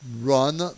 run